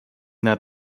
that